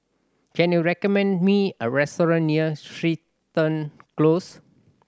can you recommend me a restaurant near Crichton Close